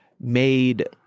made